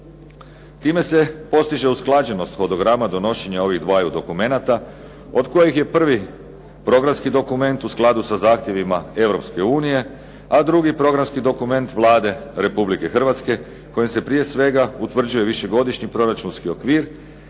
Time se postiže usklađenost hodograma donošenja ovih dvaju dokumenata od kojih je prvi programski dokument u skladu sa zahtjevima Europske unije, a drugi programski dokument Vlade Republike Hrvatske kojim se prije svega utvrđuje višegodišnji proračunski okvir